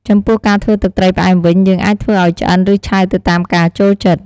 ចំពោះការធ្វើទឹកត្រីផ្អែមវិញ យើងអាចធ្វើឱ្យឆ្អិន ឬឆៅទៅតាមការចូលចិត្ត។